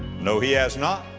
no, he has not.